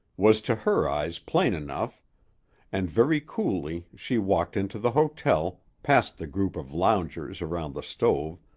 was to her eyes plain enough and very coolly she walked into the hotel, past the group of loungers around the stove,